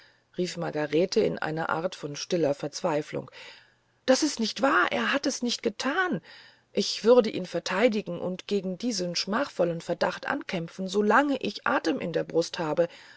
rief margarete in einer art von stiller verzweiflung das ist nicht wahr er hat es nicht gethan ich werde ihn verteidigen und gegen diesen schmachvollen verdacht ankämpfen solange ich atem in der brust habe